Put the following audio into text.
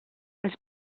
els